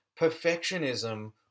perfectionism